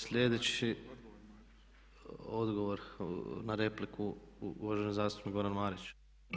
Sljedeći odgovor na repliku uvaženi zastupnik Goran Marić.